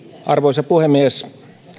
arvoisa puhemies